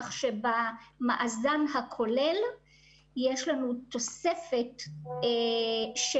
כך שבמאזן הכולל יש לנו תוספת של